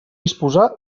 disposar